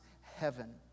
heaven